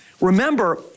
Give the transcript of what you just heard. Remember